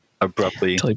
abruptly